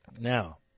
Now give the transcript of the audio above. Now